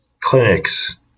clinics